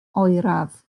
oeraf